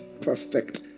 perfect